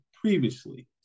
previously